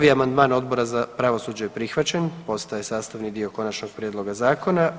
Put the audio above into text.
1. amandman Odbora za pravosuđe je prihvaćen, postaje sastavni dio konačnog prijedloga zakona.